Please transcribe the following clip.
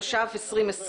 התש"ף-2020